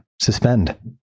suspend